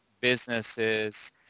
businesses